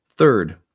Third